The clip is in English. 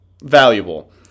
valuable